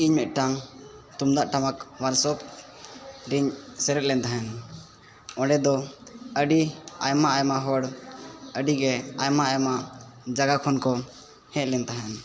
ᱤᱧ ᱢᱮᱫᱴᱟᱝ ᱛᱩᱢᱫᱟᱜ ᱴᱟᱢᱟᱠ ᱚᱣᱟᱨᱠᱥᱚᱯ ᱨᱮᱧ ᱥᱮᱞᱮᱫ ᱞᱮᱱ ᱛᱟᱦᱮᱫ ᱚᱸᱰᱮ ᱫᱚ ᱟᱹᱰᱤ ᱟᱭᱢᱟ ᱟᱭᱢᱟ ᱦᱚᱲ ᱟᱹᱰᱤᱜᱮ ᱟᱭᱢᱟ ᱟᱭᱢᱟ ᱡᱟᱭᱜᱟ ᱠᱷᱚᱱ ᱠᱚ ᱦᱮᱡ ᱞᱮᱱ ᱛᱟᱦᱮᱫ